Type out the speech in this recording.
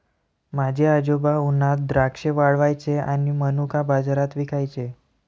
माझे आजोबा उन्हात द्राक्षे वाळवायचे आणि मनुका बाजारात विकायचे